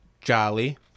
Jolly